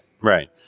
Right